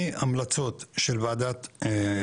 האם יש שינוי מהמלצות של ועדת קלעג'י,